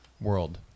world